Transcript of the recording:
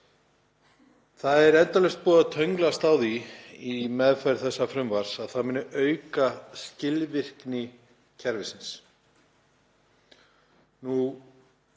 Það er endalaust búið að tönnlast á því í meðferð þessa frumvarps að það muni auka skilvirkni kerfisins.